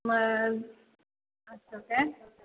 मग असं काय